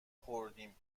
خوردیم